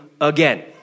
again